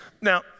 Now